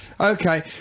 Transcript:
Okay